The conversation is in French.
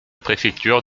préfecture